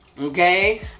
Okay